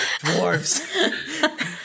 Dwarves